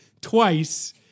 twice